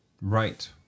Right